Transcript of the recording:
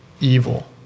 evil